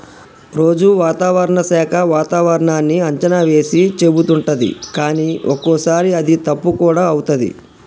రోజు వాతావరణ శాఖ వాతావరణన్నీ అంచనా వేసి చెపుతుంటది కానీ ఒక్కోసారి అది తప్పు కూడా అవుతది